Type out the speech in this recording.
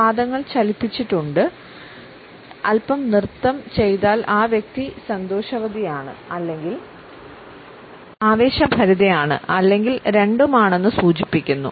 പാദങ്ങൾ ചലിപ്പിച്ചുണ്ട് അല്പം നൃത്തം ചെയ്താൽ ആ വ്യക്തി സന്തോഷവതിയാണ് അല്ലെങ്കിൽ ആവേശഭരിതയാണ് അല്ലെങ്കിൽ രണ്ടും ആണെന്ന് സൂചിപ്പിക്കുന്നു